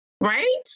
Right